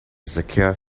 secure